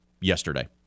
yesterday